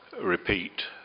repeat